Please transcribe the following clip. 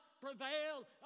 prevail